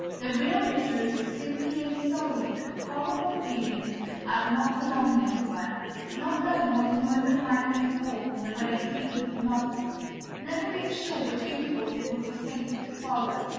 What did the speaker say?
the real misery was simply and solely the horrible feeling of not belonging anywhere not knowing what a moment might bring forth in the way of treatment from others never being sure which impulse it would be safer to follow,